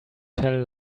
tell